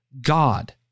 God